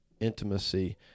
intimacy